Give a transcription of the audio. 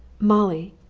molly,